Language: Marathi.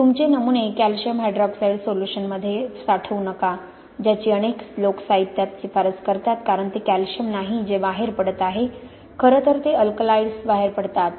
तुमचे नमुने कॅल्शियम हायड्रॉक्साईड सोल्युशनमध्ये साठवू नका ज्याची अनेक लोक साहित्यात शिफारस करतात कारण ते कॅल्शियम नाही जे बाहेर पडत आहे खरं तर ते अल्कलाइड्स बाहेर पडतात